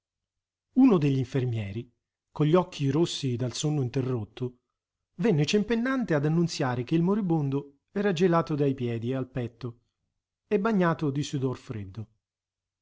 uno degli infermieri con gli occhi rossi dal sonno interrotto venne cempennante ad annunziare che il moribondo era gelato dai piedi al petto e bagnato di sudor freddo